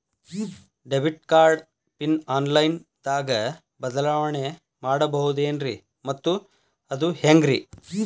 Debit card PIN online ದಾಗ ಬದಲಾವಣೆ ಮಾಡಬಹುದೇನ್ರಿ ಮತ್ತು ಅದು ಹೆಂಗ್ರಿ?